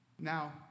Now